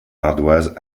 ardoise